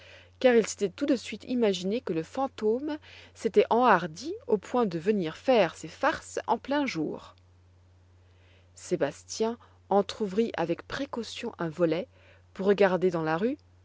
car ils s'étaient tout de suite imaginé que le fantôme s'était enhardi au point de venir faire ses farces en plein jour sébastien entr'ouvrit avec précaution un volet pour regarder dans la rue